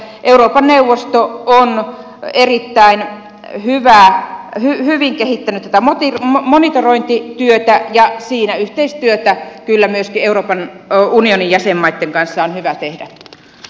euroopan neuvosto on erittäin hyvin kehittänyt tätä monitorointityötä ja siinä yhteistyötä kyllä myöskin euroopan unionin jäsenmaitten kanssa on hyvät ehdot